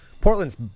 Portland's